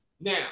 Now